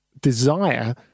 desire